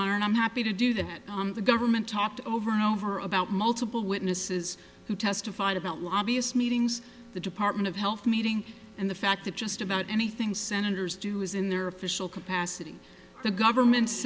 honor and i'm happy to do that the government talked over and over about multiple witnesses who testified about lobbyist meetings the department of health meeting and the fact that just about anything senators do is in their official capacity the government's